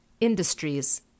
Industries